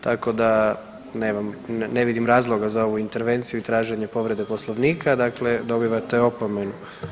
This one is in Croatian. Tako da nemam, ne vidim razloga za ovu intervenciju i traženje povrede Poslovnika dakle dobivate opomenu.